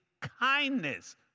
kindness